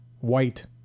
white